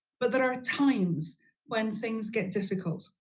but there are times when things get difficult,